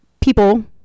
people